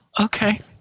okay